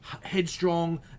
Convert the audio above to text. headstrong